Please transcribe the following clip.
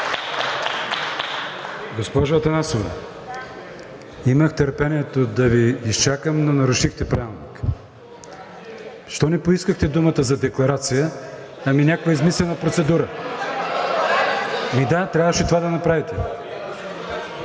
Госпожо Атанасова, имах търпението да Ви изчакам, но нарушихте Правилника. Защо не поискахте думата за декларация, ами за някаква измислена процедура? (Шум и реплики.) Ами да, трябваше това да направите.